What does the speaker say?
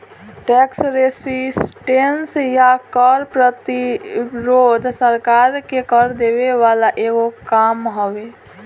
tax resistance या कर प्रतिरोध सरकार के कर देवे वाला एगो काम हवे